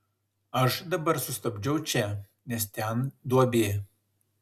aš dabar sustabdžiau čia nes ten duobė